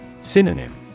Synonym